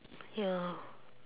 ya